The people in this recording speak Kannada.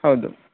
ಹೌದು